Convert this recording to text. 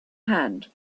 hand